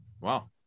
Wow